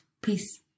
Peace